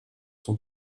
son